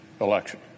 election